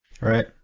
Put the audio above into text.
Right